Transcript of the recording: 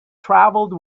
travelled